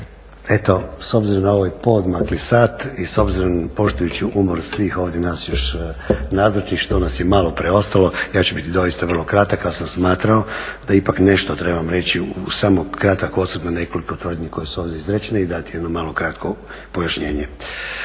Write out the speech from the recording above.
Eto, s obzirom na ovaj poodmakli sat i s obzirom poštujući umor svih ovdje nas još nazočnih što nas je malo preostalo ja ću biti doista vrlo kratak, ali sam smatrao da ipak nešto trebam reći, samo kratak osvrt na nekoliko tvrdnji koje su ovdje izrečene i dati jedno malo kratko pojašnjenje.